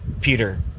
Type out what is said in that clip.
Peter